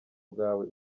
bwawe